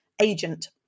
agent